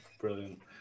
brilliant